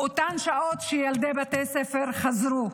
באותן שעות שילדי בתי ספר חזרו.